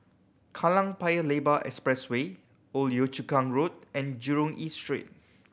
Kallang Paya Lebar Expressway Old Yio Chu Kang Road and Jurong East Street